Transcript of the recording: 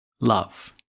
love